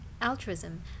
altruism